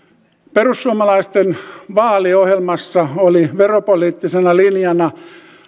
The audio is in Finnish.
perussuomalaisten vaaliohjelmassa oli veropoliittisena linjana